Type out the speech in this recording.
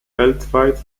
weltweit